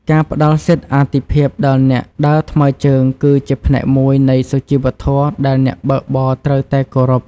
ការផ្តល់សិទ្ធិអាទិភាពដល់អ្នកដើរថ្មើរជើងគឺជាផ្នែកមួយនៃសុជីវធម៌ដែលអ្នកបើកបរត្រូវតែគោរព។